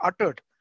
uttered